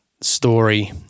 story